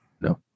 no